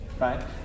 right